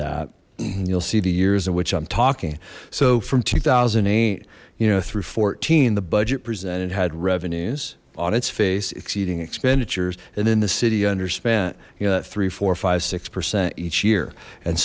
and you'll see the years in which i'm talking so from two thousand and eight you know through fourteen the budget presented had revenues on its face exceeding expenditures and then the city under spent you know three four five six percent each year and